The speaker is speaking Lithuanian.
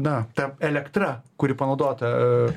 na ta elektra kuri panaudota